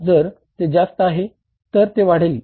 जर ते जास्त आहेततर ते का वाढले